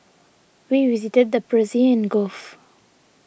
we visited the Persian Gulf